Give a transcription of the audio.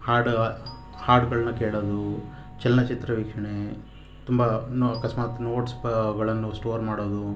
ಹಾಡು ಹಾಡುಗಳನ್ನ ಕೇಳೋದು ಚಲನಚಿತ್ರ ವೀಕ್ಷಣೆ ತುಂಬ ಇನ್ನೂ ಅಕಸ್ಮಾತ್ ನೋಟ್ಸ್ ಗಳನ್ನು ಸ್ಟೋರ್ ಮಾಡೋದು